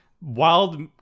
Wild